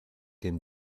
den